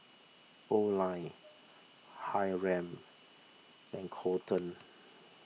Oline Hiram and Coleton